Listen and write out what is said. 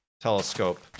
telescope